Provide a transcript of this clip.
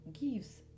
gives